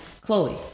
Chloe